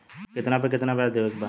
कितना पे कितना व्याज देवे के बा?